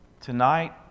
Tonight